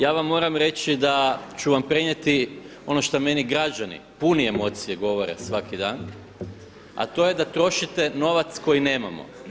Ja vam moram reći da ću vam prenijeti ono što meni građani puni emocija govore svaki dan a to je da trošite novac koji nemamo.